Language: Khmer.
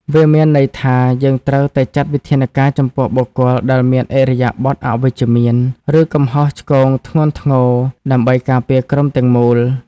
វាមានន័យថា យើងត្រូវចាត់វិធានការចំពោះបុគ្គលដែលមានឥរិយាបថអវិជ្ជមាន ឬកំហុសឆ្គងធ្ងន់ធ្ងរ ដើម្បីការពារក្រុមទាំងមូល។